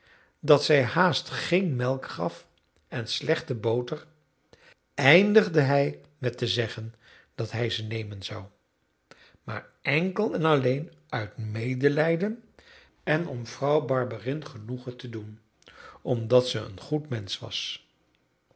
dat zij haast geen melk gaf en slechte boter eindigde hij met te zeggen dat hij ze nemen zou maar enkel en alleen uit medelijden en om vrouw barberin genoegen te doen omdat ze een goed mensch was